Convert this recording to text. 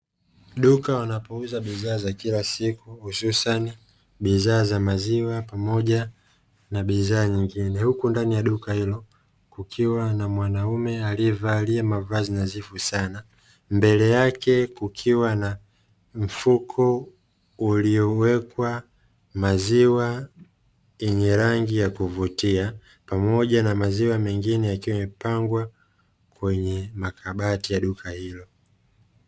Duka wanapouza bidhaa za kila siku hususani bidhaa za maziwa pamoja na bidhaa nyingin, huku ndani ya duka hilo kukiwa na mwanaume aliyevalia mavazi nadhifu sana, mbele yake kukiwa na mfuko uliowekwa maziwa yenye rangi ya kuvutia pamoja na maziwa mengine yakiwa imepangwa Kwenye makabati ya duka hilo.